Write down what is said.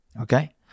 Okay